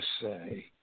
say